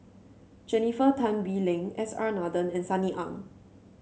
Jennifer Tan Bee Leng S R Nathan and Sunny Ang